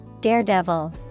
Daredevil